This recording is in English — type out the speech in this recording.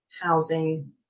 housing